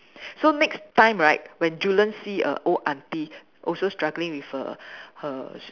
so next time right when Julian see a old aunty also struggling with her her